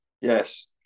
Yes